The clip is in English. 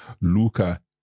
Luca